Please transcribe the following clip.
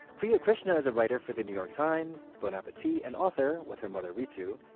priya krishna is a writer for the new york times, bon appetit, and author, with her mother ritu,